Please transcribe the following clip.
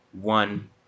one